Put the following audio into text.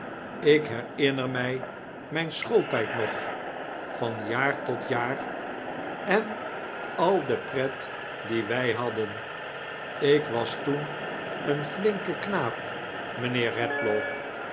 ik herinner mij mijn schooltijd nog van jaar tot jaar en al de pret die wij hadden ik was toen een flinke knaap mijnheer redlaw